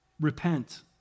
repent